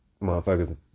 motherfuckers